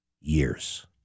years